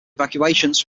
evacuations